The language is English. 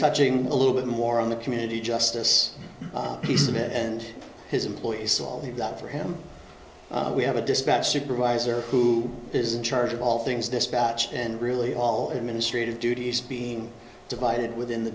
touching a little bit more on the community justice piece of it and his employees so all they've got for him we have a dispatch supervisor who is in charge of all things dispatch and really all administrative duties being divided within the